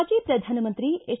ಮಾಜಿ ಪ್ರಧಾನಮಂತ್ರಿ ಎಚ್